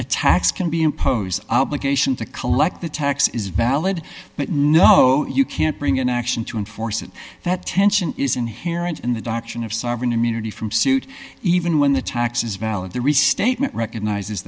tax can be imposed obligation to collect the tax is valid but no you can't bring an action to enforce it that tension is inherent in the doctrine of sovereign immunity from suit even when the tax is valid the restatement recognises